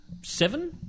seven